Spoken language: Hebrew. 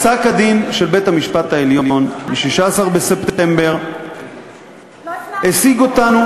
פסק-הדין של בית-המשפט העליון מ-16 בספטמבר הסיג אותנו